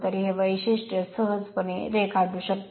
तर हे वैशिष्ट्य सहजपणे रेखाटू शकते